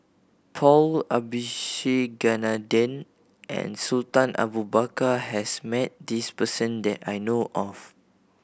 Paul Abisheganaden and Sultan Abu Bakar has met this person that I know of